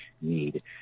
need